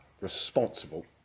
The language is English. responsible